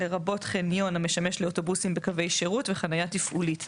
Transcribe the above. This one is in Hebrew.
לרבות חניון המשמש לאוטובוסים וקווי שירות וחניה תפעולית.